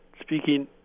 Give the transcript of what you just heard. speaking